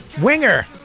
Winger